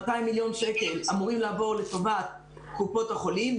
200 מיליון שקלים אמורים לעבור לטובת קופות החולים.